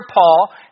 Paul